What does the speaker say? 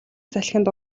салхинд